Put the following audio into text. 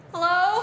Hello